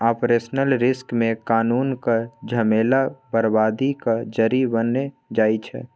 operational risk मे कानुनक झमेला बरबादीक जरि बनि जाइ छै